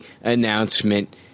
announcement